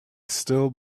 still